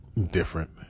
different